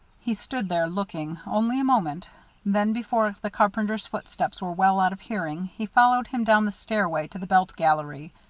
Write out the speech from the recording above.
he stood there, looking, only a moment then before the carpenter's footsteps were well out of hearing, he followed him down the stairway to the belt gallery.